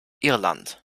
irland